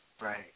Right